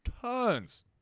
tons